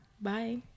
bye